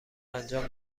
انجام